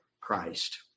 Christ